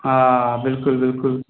हा बिल्कुलु बिल्कुलु